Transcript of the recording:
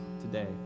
today